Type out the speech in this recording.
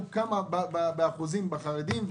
מה שיעור הערבים והחרדים.